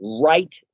right